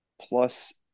plus